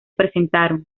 presentaron